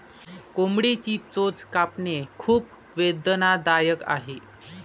कोंबडीची चोच कापणे खूप वेदनादायक आहे